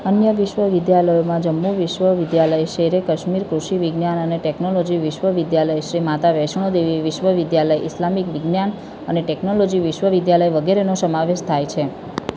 અન્ય વિશ્વવિદ્યાલયોમાં જમ્મુ વિશ્વવિદ્યાલય શેર એ કાશ્મીર કૃષિ વિજ્ઞાન અને ટેકનોલોજી વિશ્વવિદ્યાલય સે માતા વૈષ્ણો દેવી વિશ્વવિદ્યાલય ઇસ્લામિક વિજ્ઞાન અને ટેક્નૉલોજિ વિશ્વવિદ્યાલય વગેરેનો સમાવેશ થાય છે